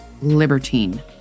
libertine